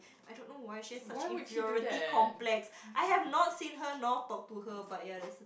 I don't why she has such inferiority complex I have not seen her nor talk to her but ya that